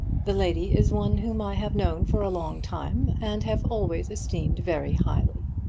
the lady is one whom i have known for a long time, and have always esteemed very highly.